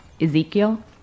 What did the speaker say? Ezekiel